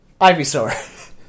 Ivysaur